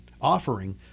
offering